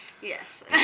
Yes